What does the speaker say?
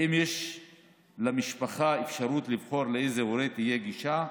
האם יש למשפחה אפשרות לבחור לאיזה הורה תהיה גישה?